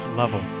level